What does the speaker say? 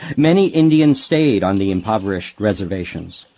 many indians stayed on the impoverished reservations.